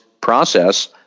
process